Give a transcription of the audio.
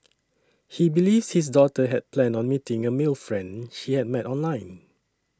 he believes his daughter had planned on meeting a male friend she had met online